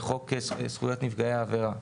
זה חוק זכויות נפגעי עבירה.